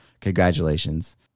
Congratulations